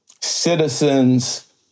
citizens